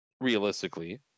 realistically